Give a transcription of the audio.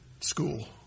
school